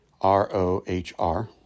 R-O-H-R